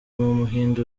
w’umuhinde